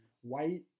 White